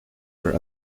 for